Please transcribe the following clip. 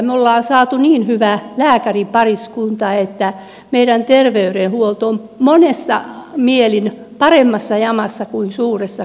me olemme saaneet niin hyvän lääkäripariskunnan että meidän terveydenhuoltomme on monessa mielessä paremmassa jamassa kuin suuressa kaupungissa